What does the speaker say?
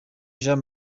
jean